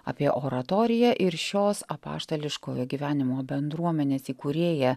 apie oratoriją ir šios apaštališkojo gyvenimo bendruomenės įkūrėją